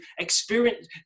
experience